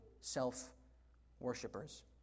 self-worshippers